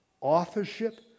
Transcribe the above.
authorship